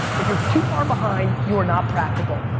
if you're too far behind, you are not practical.